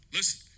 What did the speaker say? Listen